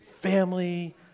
Family